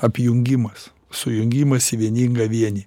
apjungimas sujungimas į vieningą vienį